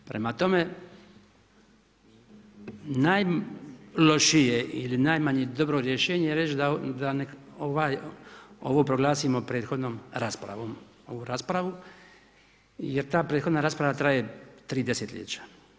Prema tome, najlošije ili najmanje dobro rješenje je reći da ovo proglasio prethodnom raspravom ovu raspravu jer ta prethodna rasprava traje 3 desetljeća.